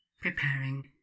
preparing